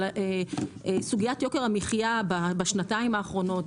אבל סוגיית יוקר המחיה בשנתיים האחרונות,